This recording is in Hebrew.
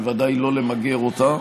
בוודאי לא למגר אותה.